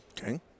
okay